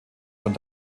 von